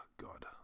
God